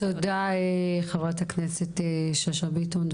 תודה ח"כ שאשא ביטון.